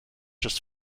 just